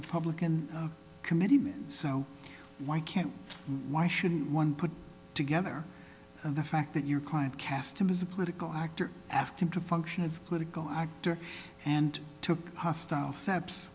republican committeeman so why can't why shouldn't one put together the fact that your client cast him as a political actor asked him to function of political actor and took hostile seps